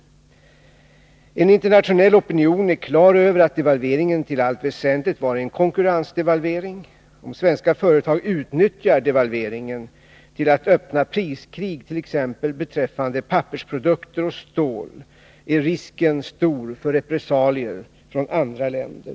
En internationell opinion är på det klara med att devalveringen till allt väsentligt var en konkurrensdevalvering. Om svenska företag utnyttjar devalveringen till att öppna priskrig t.ex. beträffande pappersprodukter och stål är risken stor för repressalier från andra länder.